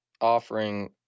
offering